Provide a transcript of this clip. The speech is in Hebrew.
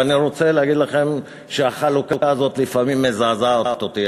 אני רוצה להגיד לכם שהחלוקה הזאת לפעמים מזעזעת אותי.